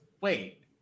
Wait